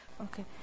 Okay